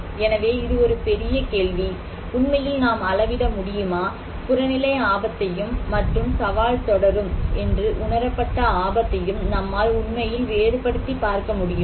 எனவே இது ஒரு பெரிய கேள்வி உண்மையில் நாம் அளவிட முடியுமா புறநிலை ஆபத்தையும் மற்றும் சவால் தொடரும் என்று உணரப்பட்ட ஆபத்தையும் நம்மால் உண்மையில் வேறுபடுத்தி பார்க்க முடியுமா